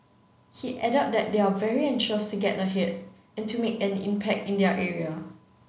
he added that they are very anxious to get ahead and to make an impact in their area